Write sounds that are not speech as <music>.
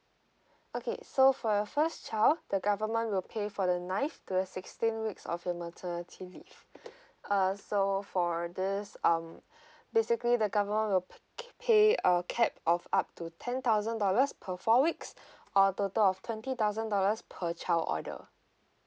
okay so for your first child the government will pay for the ninth to the sixteenth week of your maternity leave <breath> uh so for this um <breath> basically the government will pay a cap of up to ten thousand dollars per four weeks <breath> or total of twenty thousand dollars per child order